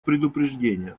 предупреждения